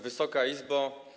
Wysoka Izbo!